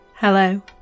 Hello